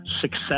success